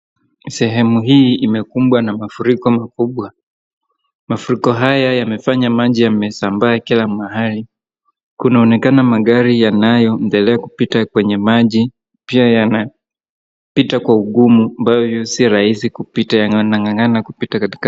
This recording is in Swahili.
Sehemu hii imekumbwa na mafuriko makubwa. Mafuriko haya yamefanya maji yamesambaa kila mahali. Kunaonekana magari yanayoendelea kupita kwenye maji, pia yanapita kwa ugumu ambayo si rahisi kupita yenye wanang'ang'ana kupita katika...